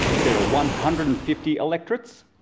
but there are one hundred and fifty electorates,